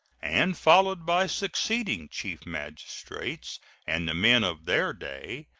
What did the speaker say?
and followed by succeeding chief magistrates and the men of their day,